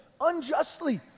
unjustly